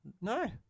No